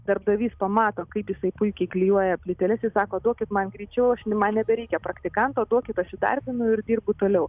darbdavys pamato kaip jisai puikiai klijuoja plyteles jis sako duokit man greičiau aš man nebereikia praktikanto duokit aš įdarbinu ir dirbu toliau